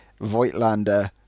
Voigtlander